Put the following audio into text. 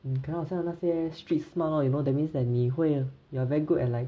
你可以好像那些 street smart lor you know that means 你会 you are very good at like